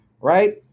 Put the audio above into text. right